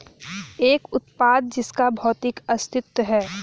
एक उत्पाद जिसका भौतिक अस्तित्व है?